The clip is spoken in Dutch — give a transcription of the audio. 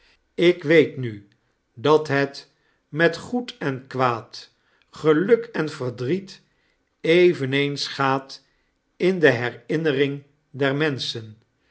ik weet nu dat het met goed en kwaad geluk en verdriet eveneens gaat in de herinnering der memschen